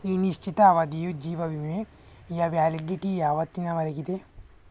ಈ ನಿಶ್ಚಿತ ಅವಧಿಯು ಜೀವ ವಿಮೆಯ ವ್ಯಾಲಿಡಿಟಿ ಯಾವತ್ತಿನವರೆಗಿದೆ